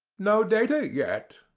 no data yet,